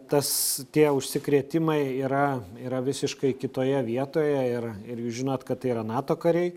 tas tie užsikrėtimai yra yra visiškai kitoje vietoje ir ir jūs žinot kad tai yra nato kariai